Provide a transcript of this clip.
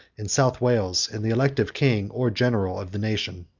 in south wales, and the elective king or general of the nation.